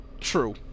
True